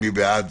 מי בעד?